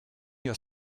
your